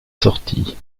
sortie